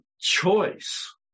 choice